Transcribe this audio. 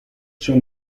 schon